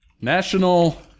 National